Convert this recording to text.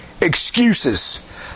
excuses